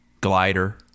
glider